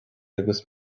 agus